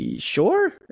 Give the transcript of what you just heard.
sure